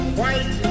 white